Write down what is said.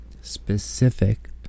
specific